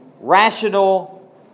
rational